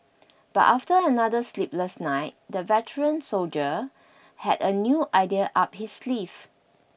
but after another sleepless night the veteran soldier had a new idea up his sleeve